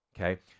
okay